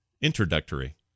introductory